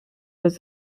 was